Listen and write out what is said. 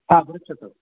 हा पृच्छतु